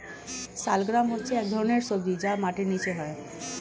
শালগ্রাম হচ্ছে এক ধরনের সবজি যা মাটির নিচে হয়